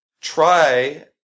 try